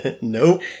Nope